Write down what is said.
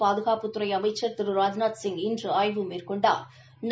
பாதுகாப்புத்துறை அமைச்சர் திரு ராஜ்நாத்சிங் இன்று ஆய்வு மேற்கொண்டாா்